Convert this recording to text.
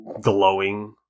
glowing